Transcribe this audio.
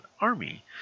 army